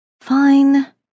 Fine